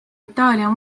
itaalia